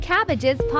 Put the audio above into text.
Cabbages